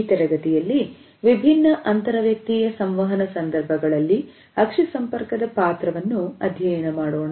ಈ ತರಗತಿಯಲ್ಲಿ ವಿಭಿನ್ನ ಅಂತರ ವ್ಯಕ್ತಿಯ ಸಂವಹನ ಸಂದರ್ಭಗಳಲ್ಲಿ ಅಕ್ಷಿ ಸಂಪರ್ಕದ ಪಾತ್ರವನ್ನು ಅಧ್ಯಯನ ಮಾಡೋಣ